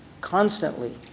constantly